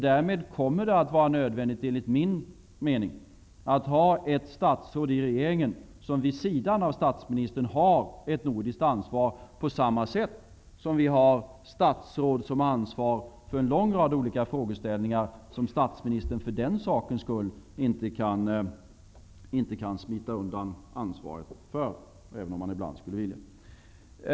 Därmed kommer det, enligt min mening, att vara nödvändigt att ha ett statsråd i regeringen som vid sidan av statsministern har ett ansvar för det nordiska samarbetet, på samma sätt som vi har statsråd som har ansvar för en lång rad olika frågeställningar som statsministern för den sakens skull inte kan smita undan ansvaret för, även om han ibland skulle vilja göra det.